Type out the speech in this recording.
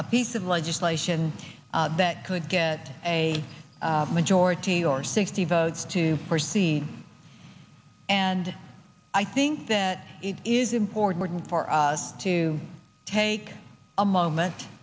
a piece of legislation that could get a majority or sixty votes to proceed and i think that it is important for us to take a moment